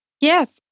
Yes